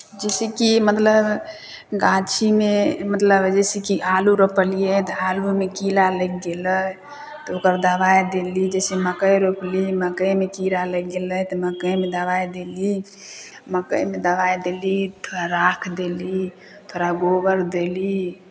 जैसेकि मतलब गाछीमे मतलब जैसेकि आलू रोपलियै तऽ आलूमे कीड़ा लागि गेलै तऽ ओकर दबाइ देली जैसे मकइ रोपली मकइमे कीड़ा लागि गेलै तऽ मकइमे दबाइ देली मकइमे दबाइ देली थोड़ा राख देली थोड़ा गोबर देली